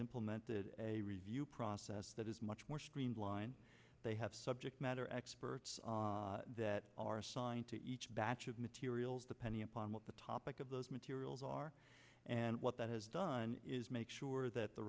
implemented a review process that is much more streamlined they have subject matter experts that are assigned to each batch of materials depending upon what the topic of those materials are and what that has done is make sure that the